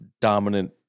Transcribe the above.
dominant